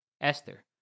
Esther